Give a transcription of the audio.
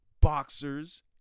boxers